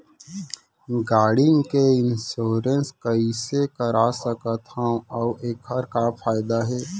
गाड़ी के इन्श्योरेन्स कइसे करा सकत हवं अऊ एखर का फायदा हे?